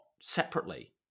separately